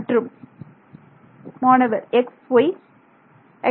மற்றும் மாணவர் xy